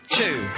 two